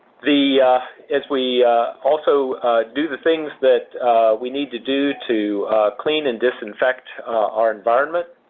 the as we also do the things that we need to do to clean and disinfect our environment,